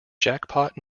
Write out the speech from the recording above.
jackpot